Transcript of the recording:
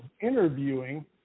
interviewing